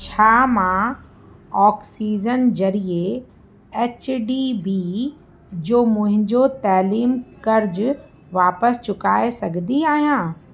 छा मां ऑक्सीजन ज़रिए एच डी बी जो मुंहिंजो तइलीम कर्ज़ु वापसि चुकाए सघंदी आहियां